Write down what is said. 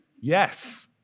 yes